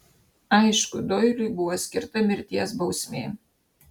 aišku doiliui buvo skirta mirties bausmė